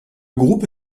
groupe